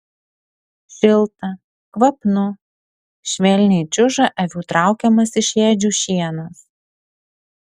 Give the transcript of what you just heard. šilta kvapnu švelniai čiuža avių traukiamas iš ėdžių šienas